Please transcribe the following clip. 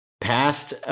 passed